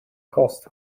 costs